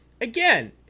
again